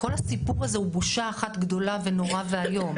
כל הסיפור הזה הוא בושה אחת גדולה ונורא ואיום,